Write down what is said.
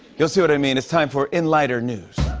you'll see what i mean. it's time for in lighter news.